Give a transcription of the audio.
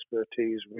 expertise